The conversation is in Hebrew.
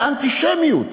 זה אנטישמיות.